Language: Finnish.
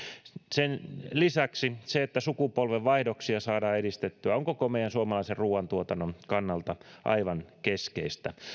sen lisäksi se että sukupolvenvaihdoksia saadaan edistettyä on koko meidän suomalaisen ruoantuotannon kannalta aivan keskeistä